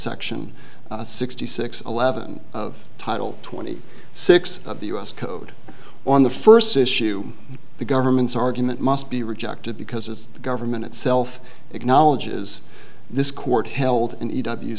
section sixty six eleven of title twenty six of the u s code on the first issue the government's argument must be rejected because as the government itself acknowledges this court held in e